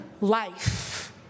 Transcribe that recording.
life